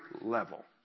level